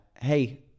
hey